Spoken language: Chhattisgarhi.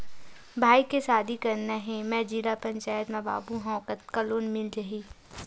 भाई के शादी करना हे मैं जिला पंचायत मा बाबू हाव कतका लोन मिल जाही?